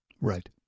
Right